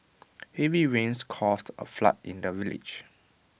heavy rains caused A flood in the village